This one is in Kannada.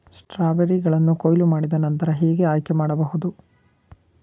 ಸ್ಟ್ರಾಬೆರಿಗಳನ್ನು ಕೊಯ್ಲು ಮಾಡಿದ ನಂತರ ಹೇಗೆ ಆಯ್ಕೆ ಮಾಡಬಹುದು?